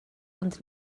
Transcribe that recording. ond